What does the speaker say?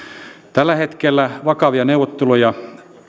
tällä hetkellä vakavia neuvotteluja